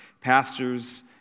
pastors